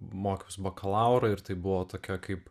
mokiausi bakalaurą ir tai buvo tokia kaip